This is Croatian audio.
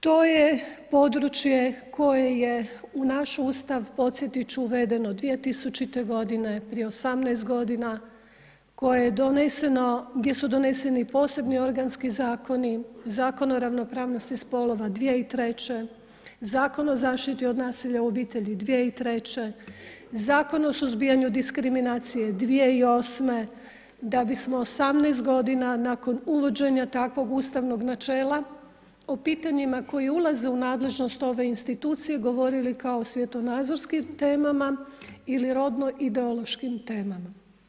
To je područje koje je u naš Ustav podsjetit ću, uvedeno 2000. godine, prije 18 godina, gdje su doneseni posebni organski zakoni, Zakon o ravnopravnosti spolova 2003., Zakon o zaštiti od nasilja u obitelji 2003., Zakon o suzbijanju diskriminacije 2008., da bi smo 18 godina nakon uvođenja takvog ustavnog načela o pitanjima koja ulaze u nadležnost ove institucije govorili kao o svjetonazorskim temama ili o rodno-ideološkim temama.